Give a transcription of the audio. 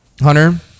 Hunter